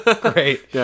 Great